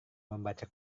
membaca